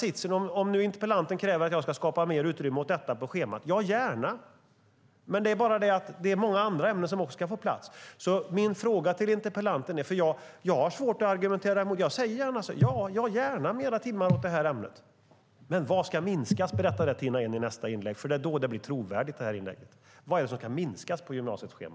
Interpellanten kräver att jag ska skapa mer utrymme åt detta på schemat. Ja, det gör jag gärna. Men det är många andra ämnen som också ska få plats. Jag har svårt att argumentera emot. Det här ämnet får gärna fler timmar. Men vad ska jag minska på? Berätta gärna det i nästa inlägg, Tina Ehn, för då blir det trovärdigt. Vad är det som kan minskas på gymnasiets schema?